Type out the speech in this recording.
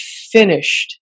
finished